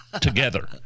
together